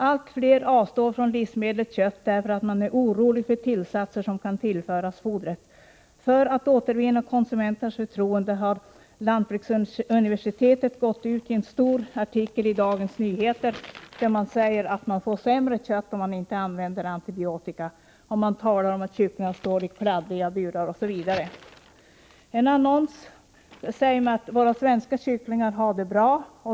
Allt fler avstår från livsmedlet kött därför att de är oroliga för de tillsatser som kan tillföras fodret. För att återvinna konsumenternas förtroende har lantbruksuniversitetet gått ut med en stor artikel i Dagens Nyheter, där det påstås att man får sämre kött om man inte använder antibiotika. Man säger att kycklingar står i kladdiga burar, osv. I en annons sägs: ”Svenska kycklingar har det bra”.